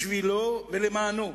בשבילו ולמענו.